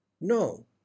No